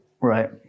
right